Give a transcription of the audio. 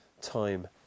time